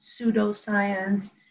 pseudoscience